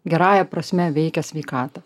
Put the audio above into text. gerąja prasme veikia sveikatą